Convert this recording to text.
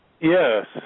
Yes